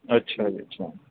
ਅੱਛਾ ਅੱਛਾ